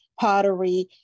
pottery